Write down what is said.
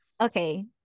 Okay